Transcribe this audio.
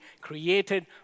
created